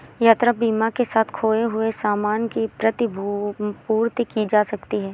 यात्रा बीमा के साथ खोए हुए सामान की प्रतिपूर्ति की जा सकती है